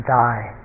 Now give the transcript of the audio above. die